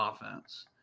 offense